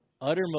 Uttermost